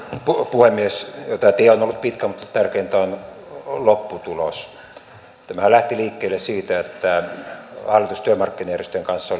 puhemies joo tämä tie on ollut pitkä mutta tärkeintä on lopputulos tämähän lähti liikkeelle siitä että hallitus työmarkkinajärjestöjen kanssa